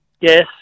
Yes